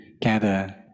gather